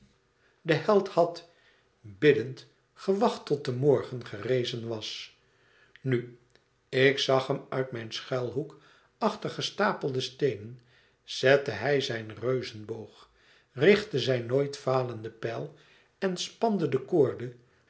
de held had biddend gewacht tot de morgen gerezen was nu ik zag hem uit mijn schuilhoek achter gestapelde steenen zette hij zijn reuzenboog richtte zijn nooit falende pijl en spande de koorde